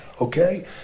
okay